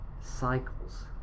cycles